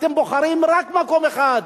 אתם בוחרים רק מקום אחד.